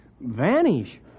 vanish